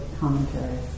commentaries